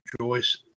Joyce